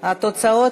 קלון),